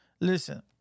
Listen